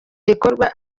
gikorwa